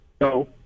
No